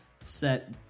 set